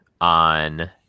on